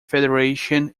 federation